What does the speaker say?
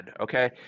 okay